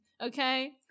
Okay